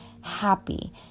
happy